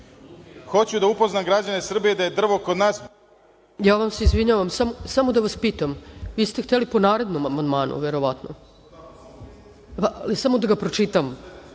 Hoću da upoznam građane Srbije da je drvo kod nas… **Ana Brnabić** Izvinjavam se. Samo da vas pitam, vi ste hteli po narednom amandmanu verovatno? Samo da ga pročitam.